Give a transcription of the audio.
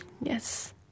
Yes